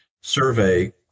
survey